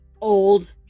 old